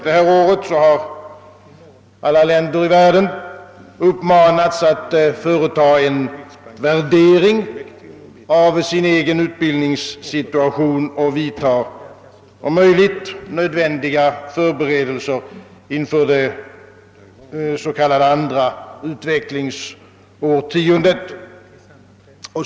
Inför detta år har alla länder i världen uppmanats att företa en värdering av sin egen utbildningssituation och om möjligt vidta nödvändiga förberedelser inför det s.k. andra utvecklingsårtiondet.